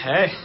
Hey